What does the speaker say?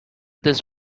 this